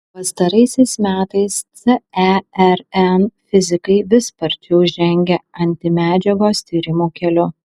pastaraisiais metais cern fizikai vis sparčiau žengia antimedžiagos tyrimų keliu